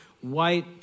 white